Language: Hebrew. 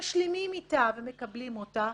שמשלימים איתה ומקבלים אותה,